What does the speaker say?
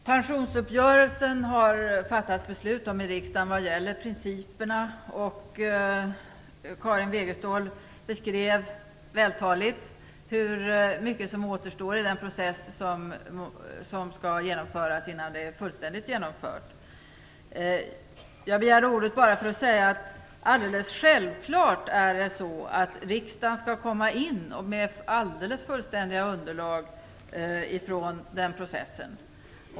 Fru talman! Det har fattats beslut i riksdagen om pensionsuppgörelsen vad gäller principerna. Karin Wegestål beskrev vältaligt den process som återstår innan det nya systemet är fullständigt genomfört. Jag begärde ordet bara för att säga att det är alldeles självklart att riksdagen skall få ett fullständigt underlag från denna process.